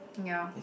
ya